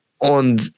on